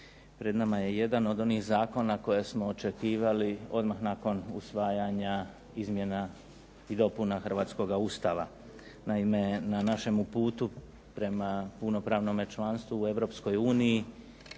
Pred nama je jedan od onih zakona koje smo očekivali odmah nakon usvajanja izmjena i dopuna hrvatskoga Ustava. Naime na našemu putu prema punopravnome članstvu u Europskoj uniji